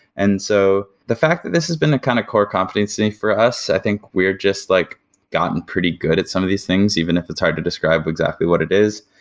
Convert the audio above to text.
and so the fact that this has been a kind of core competency for us, i think we're just like gotten pretty good at some of these things even if it's hard to describe exactly what it is.